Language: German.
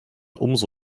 umso